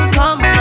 come